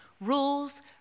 rules